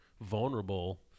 vulnerable